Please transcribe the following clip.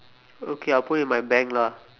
okay I'll put it in my bank lah